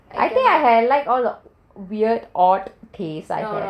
I think I like all the weird odd taste